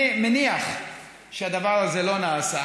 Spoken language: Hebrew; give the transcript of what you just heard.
אני מניח שהדבר הזה לא נעשה,